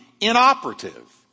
inoperative